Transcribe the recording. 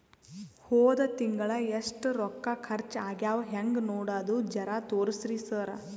ಹೊದ ತಿಂಗಳ ಎಷ್ಟ ರೊಕ್ಕ ಖರ್ಚಾ ಆಗ್ಯಾವ ಹೆಂಗ ನೋಡದು ಜರಾ ತೋರ್ಸಿ ಸರಾ?